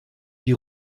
die